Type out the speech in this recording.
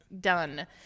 done